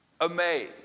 Amazed